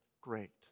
great